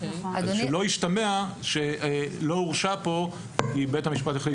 שלא ישתמע שלא הורשע פה כי בית המשפט החליט